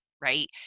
right